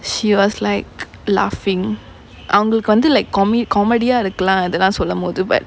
she was like laughing அவங்களுக்கு வந்து:avangalukku vanthu like commi~ comedy ah இருக்கலாம் இதெல்லாம் சொல்லும்போது:irukkalaam ithellaam sollumpothu but